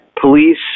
police